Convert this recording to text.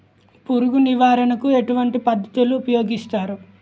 పురుగు నివారణ కు ఎటువంటి పద్ధతులు ఊపయోగిస్తారు?